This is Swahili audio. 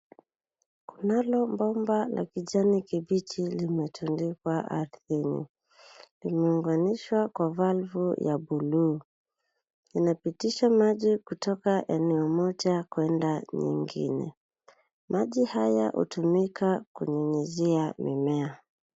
Kunalo bomba la kijani kibichi limetundikwa ardhini. Limeunganishwa kwa valvu ya buluu. Linapitisha maji kutoka eneo moja kuenda nyingine. Maji haya hutumika kunyunyizia mimea.